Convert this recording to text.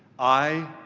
i,